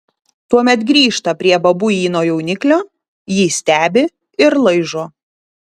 tuomet grįžta prie babuino jauniklio jį stebi ir laižo